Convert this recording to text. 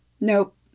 nope